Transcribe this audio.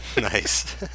Nice